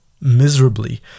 miserably